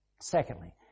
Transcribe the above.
Secondly